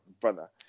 brother